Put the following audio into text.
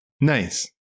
Nice